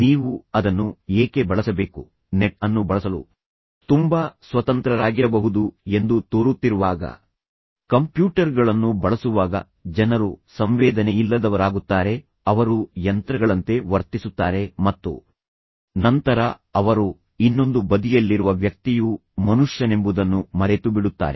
ನೀವು ಅದನ್ನು ಏಕೆ ಬಳಸಬೇಕು ನೆಟ್ ಅನ್ನು ಬಳಸಲು ತುಂಬಾ ಸ್ವತಂತ್ರರಾಗಿರಬಹುದು ಎಂದು ತೋರುತ್ತಿರುವಾಗ ಕಂಪ್ಯೂಟರ್ಗಳನ್ನು ಬಳಸುವಾಗ ಜನರು ಸಂವೇದನೆಯಿಲ್ಲದವರಾಗುತ್ತಾರೆ ಅವರು ಯಂತ್ರಗಳಂತೆ ವರ್ತಿಸುತ್ತಾರೆ ಮತ್ತು ನಂತರ ಅವರು ಇನ್ನೊಂದು ಬದಿಯಲ್ಲಿರುವ ವ್ಯಕ್ತಿಯು ಮನುಷ್ಯನೆಂಬುದನ್ನು ಮರೆತುಬಿಡುತ್ತಾರೆ